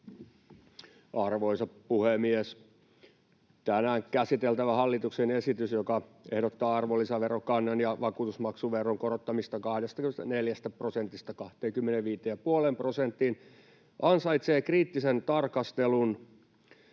Arvoisa puhemies! Tänään käsiteltävä hallituksen esitys, joka ehdottaa arvonlisäverokannan ja vakuutusmaksuveron korottamista 24 prosentista 25,5 prosenttiin, ansaitsee kriittisen tarkastelun.